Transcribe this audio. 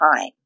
time